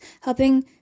helping